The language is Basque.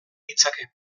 ditzake